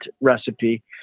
recipe